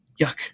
yuck